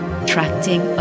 attracting